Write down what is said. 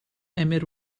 emyr